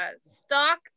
stock